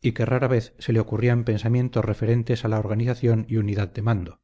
y que rara vez se le ocurrían pensamientos referentes a organización y unidad de mando